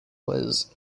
was